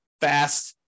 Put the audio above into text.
fast